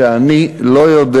ואני לא יודע